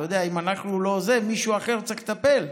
אתה יודע, אם אנחנו לא, מישהו אחר צריך לטפל,